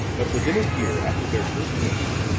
but within a year after their first meeting,